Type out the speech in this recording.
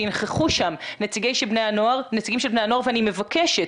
שינכחו שם נציגים של בני הנוער ואני מבקשת